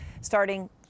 starting